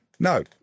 No